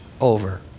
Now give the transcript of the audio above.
over